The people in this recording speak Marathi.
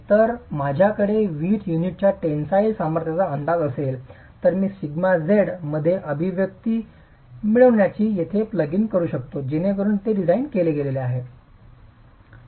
तर जर माझ्याकडे वीट युनिटच्या टेन्सिल सामर्थ्याचा अंदाज असेल तर मी σz मध्ये अभिव्यक्ती मिळविण्यासाठी येथे प्लग इन करू शकतो जेणेकरून ते डिझाइन केलेले आहे